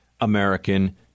American